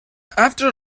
after